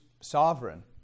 sovereign